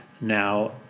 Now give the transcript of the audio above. Now